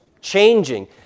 changing